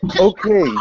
Okay